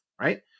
Right